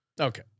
Okay